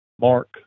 mark